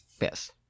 Yes